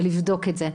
ולבדוק את זה.